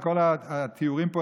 וכל התיאורים פה,